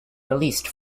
released